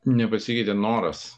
nepasikeitė noras